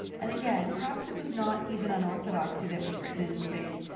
and again, perhaps it was not even unorthodoxy that was written in his face,